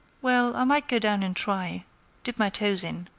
well, i might go down and try dip my toes in.